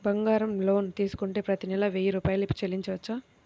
బంగారం లోన్ తీసుకుంటే ప్రతి నెల వెయ్యి రూపాయలు చెల్లించవచ్చా?